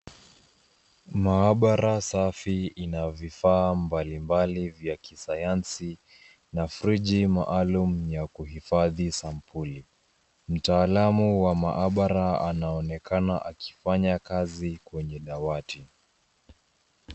Mahabara safi ina vifaa mbalimbali vya kisayansi, na friji maalum ya kuhifadhi sampuli. Mtaalamu wa mahabara anaonekana akifanya kazi kwenye dawati.